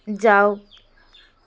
যাওক